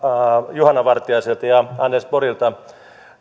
juhana vartiaiselta ja anders borgilta